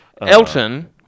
Elton